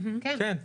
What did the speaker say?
כן.